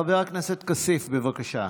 חבר הכנסת כסיף, בבקשה.